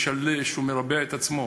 משלש ומרבע את עצמו: